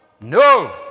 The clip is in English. No